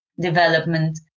development